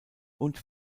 und